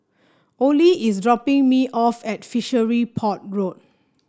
Ollie is dropping me off at Fishery Port Road